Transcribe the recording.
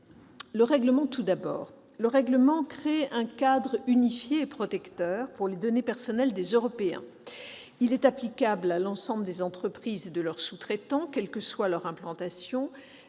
me semblent importants. Le règlement crée un cadre unifié et protecteur pour les données personnelles des Européens. Il est applicable à l'ensemble des entreprises et de leurs sous-traitants, quelle que soit leur implantation,